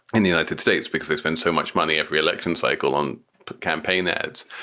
in the united states, because they spent so much money every election cycle on campaign ads.